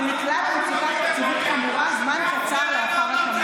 ונקלע למצוקה תקציבית חמורה זמן קצר לאחר הקמתו.